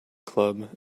club